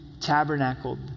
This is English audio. tabernacled